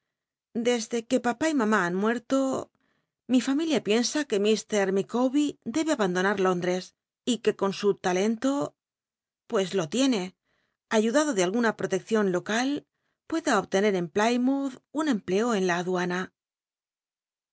desde que papá y mamá han muerto mi famil ia piensa que i r lllicawbcr debe abandonar lóndres y que con su talento pues lo tiene ayudado de alguna ijrotcccion local pueda obtener en plymouth un empleo en la aduana